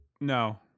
No